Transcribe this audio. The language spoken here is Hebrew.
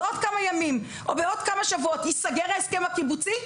בעוד כמה שבועות ייסגר ההסכם הקיבוצי,